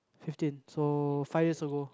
fifteen so five years ago